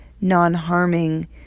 non-harming